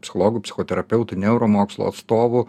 psichologų psichoterapeutų neuromokslo atstovų